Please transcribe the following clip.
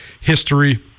history